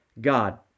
God